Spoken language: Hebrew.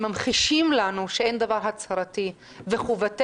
זה ממחיש לנו שאין דבר הצהרתי וחובתנו,